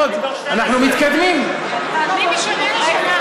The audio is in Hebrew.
תראה את ההדרה,